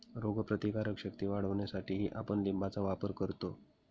रोगप्रतिकारक शक्ती वाढवण्यासाठीही आपण लिंबाचा वापर करतो